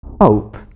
hope